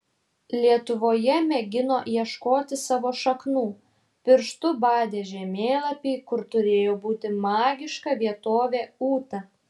lietuvoje mėgino ieškoti savo šaknų pirštu badė žemėlapį kur turėjo būti magiška vietovė ūta